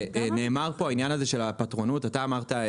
עניין הפטרונות נאמר על ידך,